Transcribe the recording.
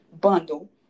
bundle